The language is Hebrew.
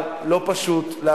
לו.